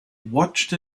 watched